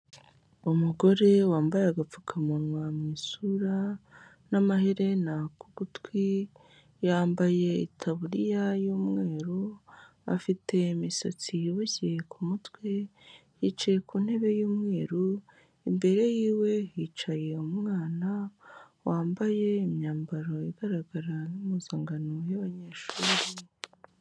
Umugore wambaye agapfukamunwa mu isura n'amaherena ku gutwi, yambaye itaburiya y'umweru, afite imisatsi iboshye ku mutwe, yicaye ku ntebe y'umweru, imbere yiwe hicaye umwana wambaye imyambaro igaragara nk'impuzangano y'abanyeshuri.